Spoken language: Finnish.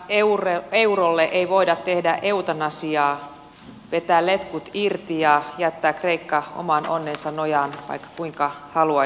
kreikan eurolle ei voida tehdä eutanasiaa vetää letkuja irti ja jättää kreikkaa oman onnensa nojaan vaikka kuinka haluaisikin